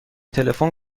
تلفن